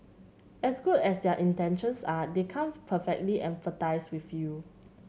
as good as their intentions are they can't perfectly empathise with you